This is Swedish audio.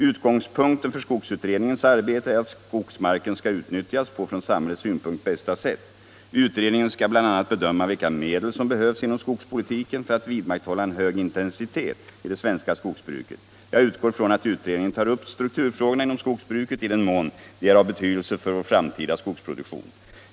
Utgångspunkten för skogsutredningens arbete är att skogsmarken skall utnyttjas på från samhällets synpunkt bästa sätt. Utredningen skall bl.a. bedöma vilka medel som behövs inom skogspolitiken för att vidmakthålla en hög intensitet i det svenska skogsbruket. Jag utgår från att utredningen tar upp strukturfrågorna inom skogsbruket i den mån de är av betydelse för vår framtida skogsproduktion.